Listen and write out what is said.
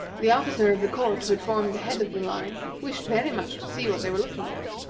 the officer of the court who had formed the head of the line wished very much to see what they were looking at,